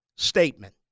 statement